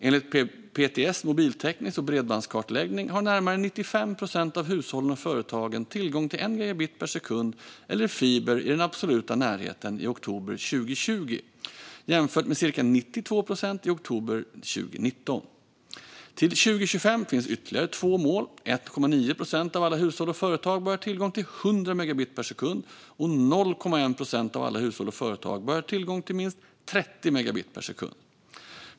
Enligt PTS mobiltäcknings och bredbandskartläggning hade närmare 95 procent av hushållen och företagen tillgång till 1 gigabit per sekund eller fiber i den absoluta närheten i oktober 2020, jämfört med cirka 92 procent i oktober 2019. Till 2025 finns ytterligare två mål: 1,9 procent av alla hushåll och företag bör ha tillgång till 100 megabit per sekund, och 0,1 procent av alla hushåll och företag bör ha tillgång till minst 30 megabit per sekund.